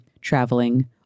traveling